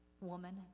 woman